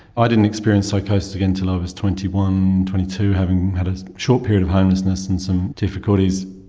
i didn't experience psychosis again until i was twenty one, twenty two, having had a short period of homelessness and some difficulties,